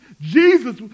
Jesus